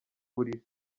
buriri